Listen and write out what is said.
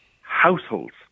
households